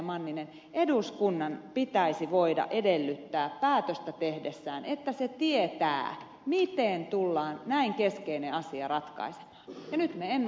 manninen eduskunnan pitäisi voida edellyttää päätöstä tehdessään että se tietää miten tullaan näin keskeinen asia ratkaisemaan ja nyt me emme sitä tiedä